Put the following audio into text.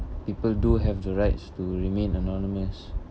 people do have the rights to remain anonymous